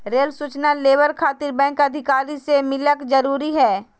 Rail सूचना labour खातिर bank अधिकारी से मिलक जरूरी है?